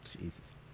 Jesus